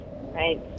right